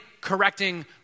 correcting